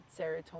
serotonin